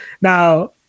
now